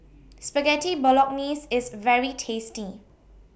Spaghetti Bolognese IS very tasty